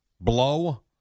Blow